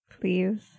please